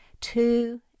two